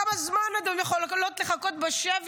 כמה זמן הן עוד יכולות לחכות בשבי,